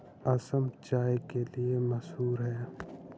असम चाय के लिए मशहूर है